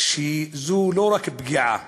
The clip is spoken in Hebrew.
לא רק פגיעה